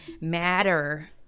matter